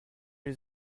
les